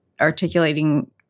articulating